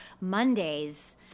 Mondays